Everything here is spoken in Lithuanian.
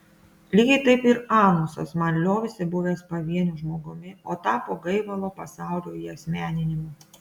lygiai taip ir anusas man liovėsi buvęs pavieniu žmogumi o tapo gaivalo pasaulio įasmeninimu